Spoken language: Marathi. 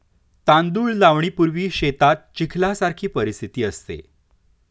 तांदूळ लावणीपूर्वी शेतात चिखलासारखी परिस्थिती असते